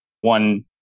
one